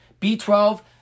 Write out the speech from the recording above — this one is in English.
B12